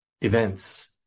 events